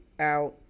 out